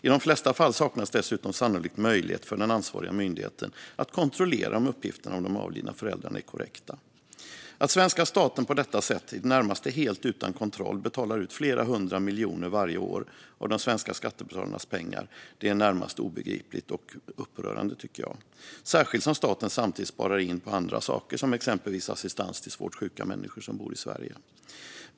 I de flesta fall saknas dessutom sannolikt möjlighet för den ansvariga myndigheten att kontrollera om uppgifterna om de avlidna föräldrarna är korrekta. Att svenska staten på detta sätt, i det närmaste helt utan kontroll, varje år betalar ut flera hundra miljoner av de svenska skattebetalarnas pengar är närmast obegripligt. Jag tycker att det är upprörande, särskilt som staten samtidigt sparar in på andra saker - exempelvis assistans till svårt sjuka människor som bor i Sverige.